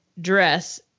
dress